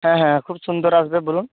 হ্যাঁ হ্যাঁ খুব সুন্দর আসবে বলুন